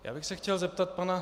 Já bych se chtěl zeptat pana...